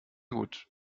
gut